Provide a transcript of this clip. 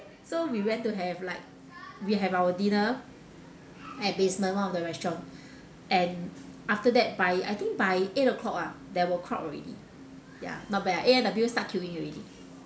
so we went to have like we have our dinner at basement one of the restaurant and after that by I think by eight o'clock ah there were crowd already ya not bad ah A&W start queuing already